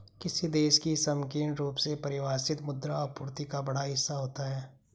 किसी देश की संकीर्ण रूप से परिभाषित मुद्रा आपूर्ति का बड़ा हिस्सा होता है